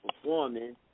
Performing